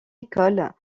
école